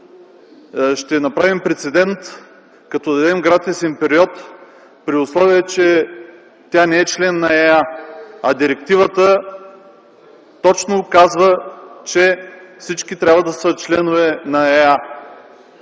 Ще направим прецедент, като дадем гратисен период, при условие че тя не е член на ЕА, а директивата точно казва, че всички трябва да са членове на ЕА.